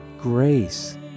grace